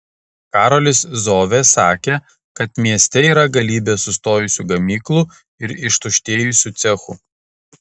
karolis zovė sakė kad mieste yra galybė sustojusių gamyklų ir ištuštėjusių cechų